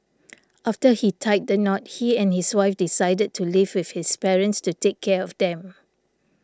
after he tied the knot he and his wife decided to live with his parents to take care of them